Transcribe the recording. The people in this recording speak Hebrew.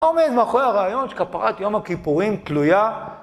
עומד מאחורי הרעיון שכפרת יום הכיפורים תלויה.